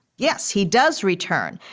yes, he does return,